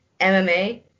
MMA